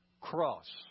cross